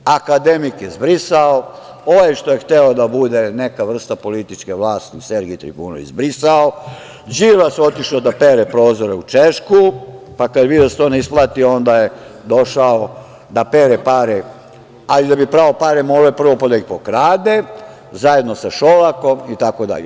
Akademik je zbrisao, ovaj što je hteo da bude neka vrsta političke vlasti, Sergej Trifunović, zbrisao, Đilas otišao da pere prozore u Češku, pa kad je video da se to ne isplati onda je došao da pere pare, ali da bi prao pare morao je prvo da ih pokrade zajedno sa Šolakom, itd.